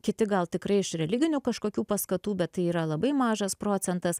kiti gal tikrai iš religinių kažkokių paskatų bet tai yra labai mažas procentas